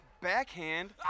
backhand